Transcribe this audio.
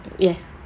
yes